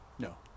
No